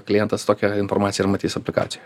klientas tokią informaciją ir matys aplikacijoj